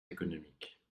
économiques